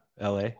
la